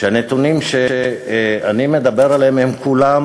שהנתונים שאני מדבר עליהם הם כולם,